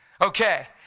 Okay